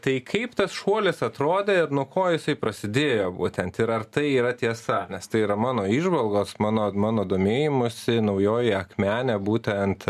tai kaip tas šuolis atrodė ir nuo ko jisai prasidėjo būtent ir ar tai yra tiesa nes tai yra mano įžvalgos mano mano domėjimusi naujoji akmenė būtent